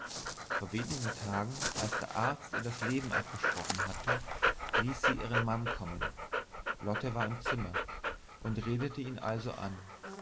vor wenigen tagen als der arzt ihr das leben abgesprochen hatte ließ sie ihren mann kommen lotte war im zimmer und redete ihn also an